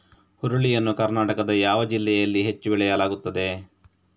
ಹುರುಳಿ ಯನ್ನು ಕರ್ನಾಟಕದ ಯಾವ ಜಿಲ್ಲೆಯಲ್ಲಿ ಹೆಚ್ಚು ಬೆಳೆಯಲಾಗುತ್ತದೆ?